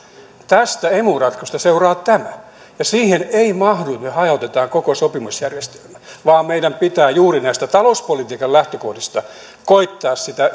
tästä emu ratkaisusta seuraa tämä ja siihen ei mahdu että me hajotamme koko sopimusjärjestelmän vaan meidän pitää juuri näistä talouspolitiikan lähtökohdista koettaa sitä